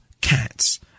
cats